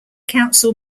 council